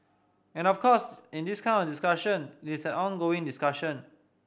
and of course in this kind of discussion it's an ongoing discussion